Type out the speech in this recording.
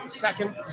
second